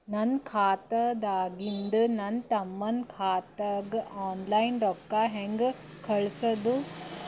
ನನ್ನ ಖಾತಾದಾಗಿಂದ ನನ್ನ ತಮ್ಮನ ಖಾತಾಗ ಆನ್ಲೈನ್ ರೊಕ್ಕ ಹೇಂಗ ಕಳಸೋದು?